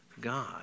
God